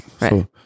Right